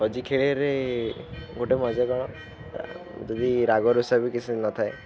pub G ଖେଳିବାରେ ଗୋଟେ ମଜା କ'ଣ ଯଦି ରାଗ ରୁଷା ବି କିଛି ନଥାଏ